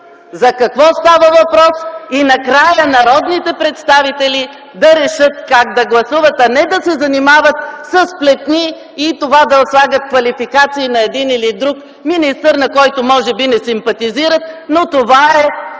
за какво става въпрос и накрая народните представители да решат как да гласуват, а не да се занимават със сплетни и това да слагат квалификации на един или друг министър, на когото може би не симпатизират, но това е